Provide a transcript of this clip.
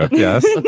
yes